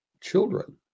children